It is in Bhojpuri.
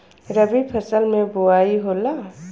रबी फसल मे बोआई होला?